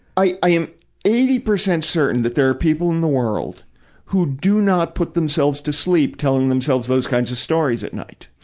i, i am eighty percent certain that there are people in the world who do not put themselves to sleep telling themselves those kinds of stories at night.